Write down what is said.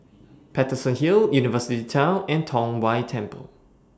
Paterson Hill University Town and Tong Whye Temple